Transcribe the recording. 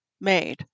made